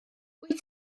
wyt